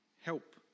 help